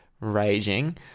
raging